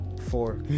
four